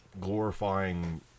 glorifying